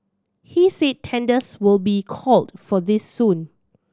he said tenders will be called for this soon